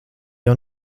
jau